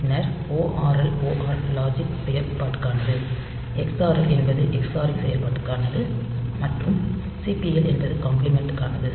பின்னர் ORL OR logic செயல்பாட்டிற்கானது XRL என்பது xoring செயல்பாட்டிற்கான மற்றும் CPL என்பது காம்ப்ளிமெண்ட் கானது